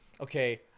okay